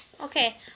Okay